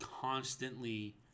constantly